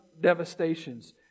devastations